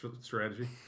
strategy